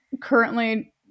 currently